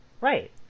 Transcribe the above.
right